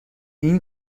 این